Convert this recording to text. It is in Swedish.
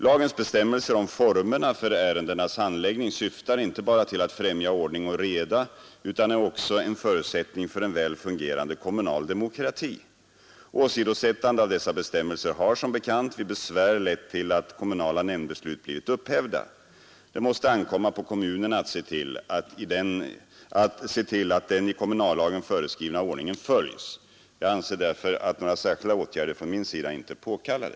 Lagens bestämmelser om formerna för ärendenas handläggning syftar inte bara till att främja ordning och reda utan är också en förutsättning för en väl fungerande kommunal demokrati. Åsidosättande av dessa bestämmelser har, som bekant, vid besvär lett till att kommunala nämndbeslut blivit upphävda. Det måste ankomma på kommunerna att se till att den i kommunallagen föreskrivna ordningen följs. Jag anser därför att några särskilda åtgärder från min sida inte är påkallade.